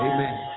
Amen